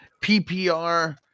ppr